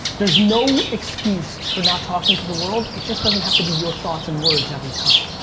there's no excuse for not talking to the world. it just doesn't have to be your thoughts and words every time.